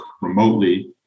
remotely